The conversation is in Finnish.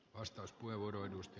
arvoisa puhemies